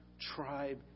tribe